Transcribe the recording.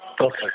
Okay